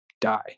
die